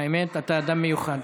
האמת, אתה אדם מיוחד.